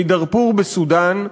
מדארפור בסודאן,